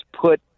put